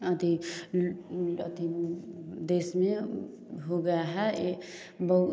अति देश में हो गया है बहु